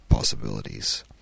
Possibilities